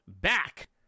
back